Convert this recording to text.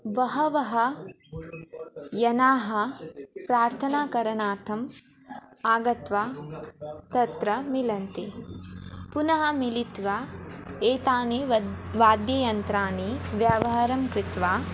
बहवः जनाः प्रर्थनाकरणार्थम् आगत्य तत्र मिलन्ति पुनः मिलित्वा एतानि वद् वाद्ययन्त्राणां व्यवहारं कृत्वा